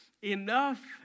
Enough